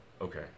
Okay